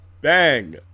Bang